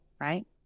right